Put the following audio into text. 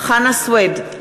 חנא סוייד,